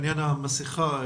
בעניין המסכה,